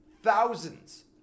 thousands